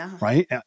right